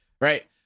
right